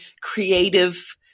creative